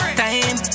time